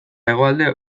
hegoalde